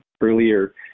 earlier